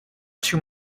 too